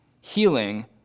Healing